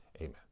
amen